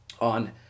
on